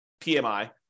PMI